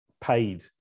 paid